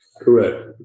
Correct